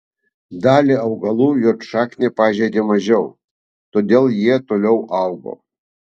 dalį augalų juodšaknė pažeidė mažiau todėl jie toliau augo